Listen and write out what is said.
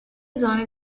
zone